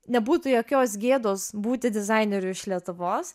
nebūtų jokios gėdos būti dizaineriu iš lietuvos